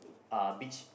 uh beach